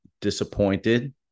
disappointed